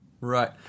Right